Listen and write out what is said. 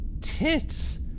Tits